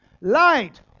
Light